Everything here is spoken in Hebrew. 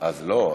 אז לא,